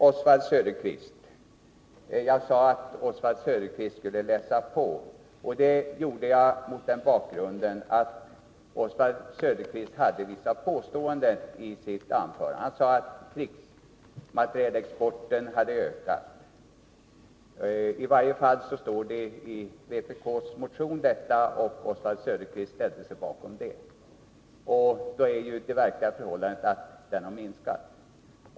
Jag sade att Oswald Söderqvist borde läsa på. Det gjorde jag mot den bakgrunden att Oswald Söderqvist framförde vissa påståenden i sitt anförande. Han sade att krigsmaterielexporten har ökat —i varje fall står det i vpk:s motion, och Oswald Söderqvist ställde sig bakom den. Men det verkliga förhållandet är ju att krigsmaterielexporten har minskat.